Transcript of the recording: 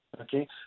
okay